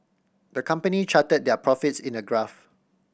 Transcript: the company charted their profits in a graph